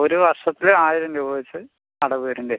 ഒരു വർഷത്തില് ആയിരം രൂപ വെച്ച് അടവ് വരുന്നുണ്ട്